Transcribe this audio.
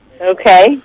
Okay